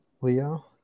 Leo